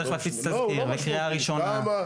אז צריך להפיץ תסקיר וקריאה ראשונה.